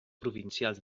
provincials